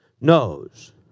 knows